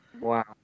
Wow